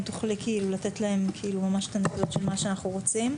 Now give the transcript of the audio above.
אם תוכלי לתת להם את הנקודות של מה שאנחנו רוצים.